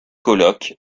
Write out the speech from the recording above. colloque